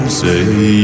say